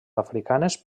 africanes